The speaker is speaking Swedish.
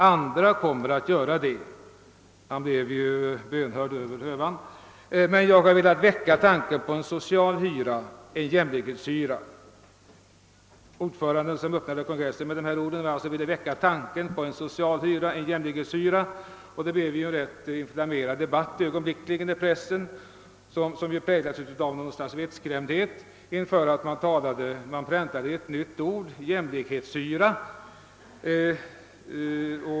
Andra kommer att göra det» — han blev ju bönhörd över hövan — »men jag har velat väcka tanken på en social hyra, en jämlikhetshyra.» Ordföranden som öppnade kongressen med bl.a. dessa ord ville alltså väcka tanken på en social hyra, en jämlikhetshyra. Det blev ögonblickligen i pressen en rätt inflammerad debatt, skrämd av att ett nytt ord präglades: jämlikhetshyra.